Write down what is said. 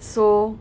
so